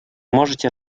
можете